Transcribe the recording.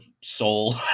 soul